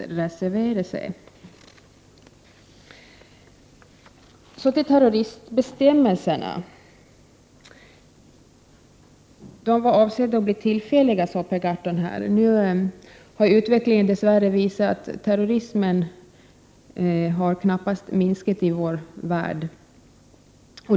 Per Gahrton sade att avsikten var att terroristbestämmelserna skulle vara tillfälliga. Utvecklingen har dess värre visat att terrorismen knappast har minskat i vår värld.